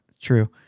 True